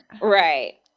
right